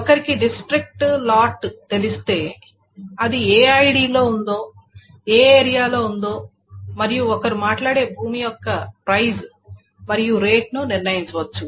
ఒకరికి district lot కలిసి తెలిస్తే అది ఏ ఐడిలో ఉందో ఏ ఏరియా లో ఉందో మరియు ఒకరు మాట్లాడే భూమి యొక్క ప్రైస్ మరియు రేటును నిర్ణయించవచ్చు